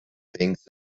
things